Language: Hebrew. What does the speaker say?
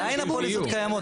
עדיין הפוליסות קיימות,